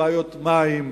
בעיות מים,